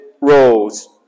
roles